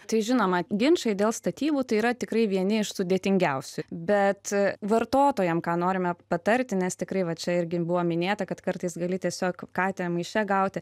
tai žinoma ginčai dėl statybų tai yra tikrai vieni iš sudėtingiausių bet vartotojam ką norime patarti nes tikrai va čia irgi buvo minėta kad kartais gali tiesiog katę maiše gauti